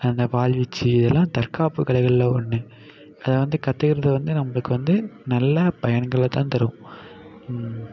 அந்த வாள் வீச்சி இதெல்லாம் தற்காப்பு கலைகளில் ஒன்று அதை வந்து கத்துக்குறது வந்து நம்மளுக்கு வந்து நல்லா பயன்களை தான் தரும்